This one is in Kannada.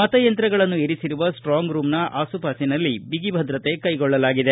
ಮತಯಂತ್ರಗಳನ್ನು ಇರಿಸಿರುವ ಸ್ವಾಂಗ್ ರೂಮ್ನ ಆಸು ಪಾಸಿನಲ್ಲಿ ಬಿಗಿ ಭದ್ರತೆ ಕೈಗೊಳ್ಳಲಾಗಿದೆ